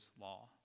law